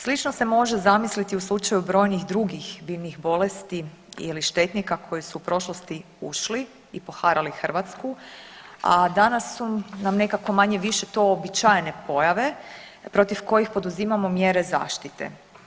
Slično se može zamisliti u slučaju brojnih drugih biljnih bolesti ili štetnika koji su u prošlosti ušli i poharali Hrvatsku, a danas su nam manje-više to uobičajene pojave protiv kojih poduzimamo mjere zaštite.